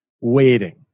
waiting